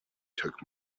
took